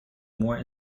more